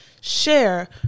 share